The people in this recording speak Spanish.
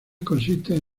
consisten